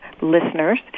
listeners